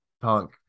punk